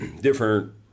different